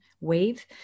wave